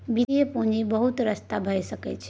वित्तीय पूंजीक बहुत रस्ता भए सकइ छै